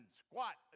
squat